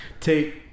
take